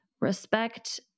Respect